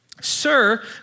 Sir